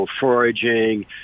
foraging